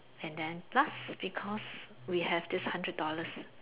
and then plus because we have this hundred dollars